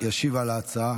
ישיב על ההצעה